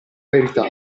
verità